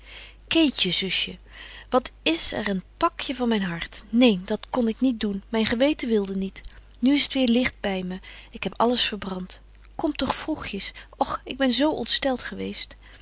keetje zusje wat is er een pakje van myn hart neen dat kon ik niet doen myn geweten wilde niet nu is t weêr licht by me ik heb alles verbrant kom tog vroegjes och ik ben zo ontstelt geweest